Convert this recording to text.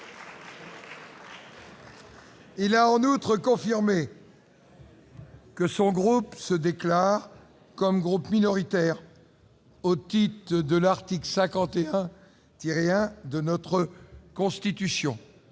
a en outre confirmé que son groupe se déclarait comme groupe minoritaire au sens de l'article 51-1 de la Constitution.